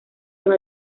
los